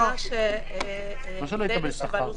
שכר --- מה זה לא יקבל שכר?